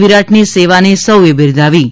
વિરાટની સેવાને સૌએ બિરદાવી હતી